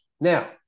Now